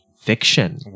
Fiction